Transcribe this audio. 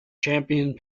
championed